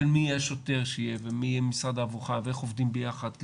של מי יהיה השוטר שיהיה ומי ממשרד העבודה ואיך עובדים ביחד,